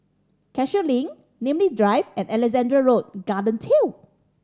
Cashew Link Namly Drive and Alexandra Road Garden Trail